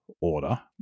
order